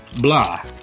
Blah